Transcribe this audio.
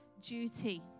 duty